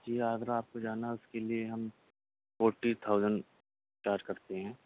جی آگرہ آپ کو جانا ہے اس کے لیے ہم فورٹی تھاؤزین چارج کرتے ہیں